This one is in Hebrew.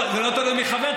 זה לא תלוי מי חבר,